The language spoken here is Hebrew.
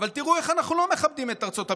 אבל תראו איך אנחנו לא מכבדים את ארצות הברית.